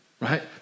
right